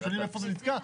שואלים איפה זה נתקע?